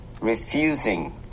refusing